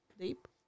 deep